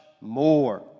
more